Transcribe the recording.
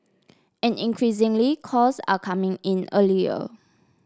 and increasingly calls are coming in earlier